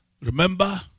Remember